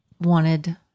wanted